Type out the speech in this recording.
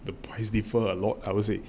the prices differ a lot I would say